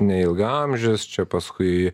neilgaamžis čia paskui